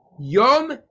Yom